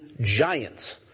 giants